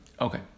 Okay